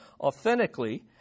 authentically